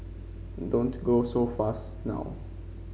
don't go so fast now